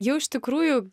jau iš tikrųjų